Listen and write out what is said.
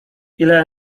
ile